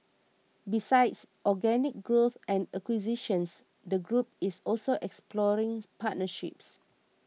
besides organic growth and acquisitions the group is also exploring partnerships